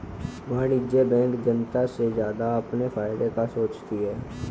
वाणिज्यिक बैंक जनता से ज्यादा अपने फायदे का सोचती है